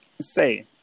say